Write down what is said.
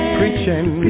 preaching